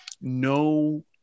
no